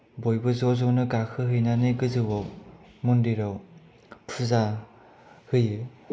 बयबो ज जनो गाखोहैनानै गोजौ मन्दिराव फुजा हैयो